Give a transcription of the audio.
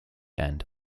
end